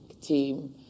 team